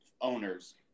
owners